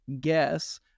guess